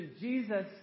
Jesus